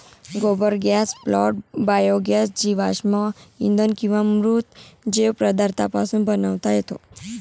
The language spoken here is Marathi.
गोबर गॅस प्लांट बायोगॅस जीवाश्म इंधन किंवा मृत जैव पदार्थांपासून बनवता येतो